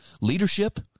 leadership